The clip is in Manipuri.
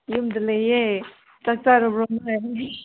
ꯌꯨꯝꯗ ꯂꯩꯌꯦ ꯆꯥꯛ ꯆꯥꯔꯕ꯭ꯔꯣ ꯅꯈꯣꯏ ꯍꯧꯖꯤꯛ